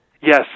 Yes